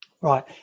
right